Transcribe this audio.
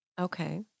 Okay